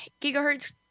gigahertz